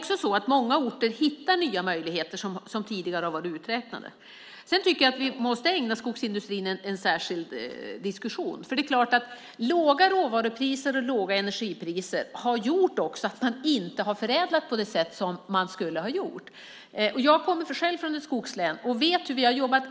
Dessutom hittar många orter nya möjligheter - orter som tidigare har varit uträknade. Jag tycker att vi måste ägna skogsindustrin en särskild diskussion, för det är klart att låga råvarupriser och låga energipriser har gjort att man inte har förädlat så som man skulle ha gjort. Själv kommer jag från ett skogslän. Jag vet hur aktivt vi jobbat